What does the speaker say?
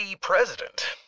president